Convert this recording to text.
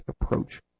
approach